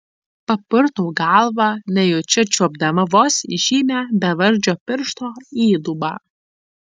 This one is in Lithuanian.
papurtau galvą nejučia čiuopdama vos žymią bevardžio piršto įdubą